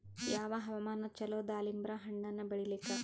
ಯಾವ ಹವಾಮಾನ ಚಲೋ ದಾಲಿಂಬರ ಹಣ್ಣನ್ನ ಬೆಳಿಲಿಕ?